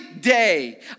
day